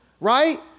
right